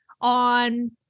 on